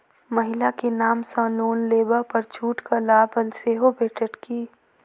महिला केँ नाम सँ लोन लेबऽ पर छुटक लाभ सेहो भेटत की?